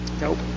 Nope